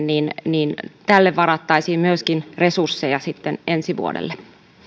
niin niin tälle varattaisiin myöskin resursseja sitten ensi vuodelle